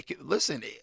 Listen